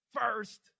first